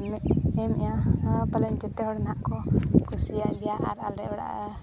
ᱮᱢᱮᱫᱼᱟ ᱱᱚᱣᱟ ᱯᱟᱞᱮᱱ ᱡᱚᱛᱚ ᱦᱚᱲ ᱱᱟᱦᱟᱸᱜ ᱠᱚ ᱠᱩᱥᱤᱭᱟᱜ ᱜᱮᱭᱟ ᱟᱨ ᱟᱞᱮ ᱚᱲᱟᱜ